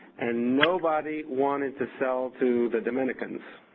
and nobody wanted to sell to the dominicans.